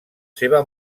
seva